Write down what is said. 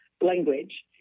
language